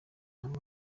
nawe